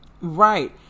Right